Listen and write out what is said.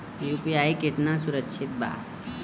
UPI कितना सुरक्षित बा?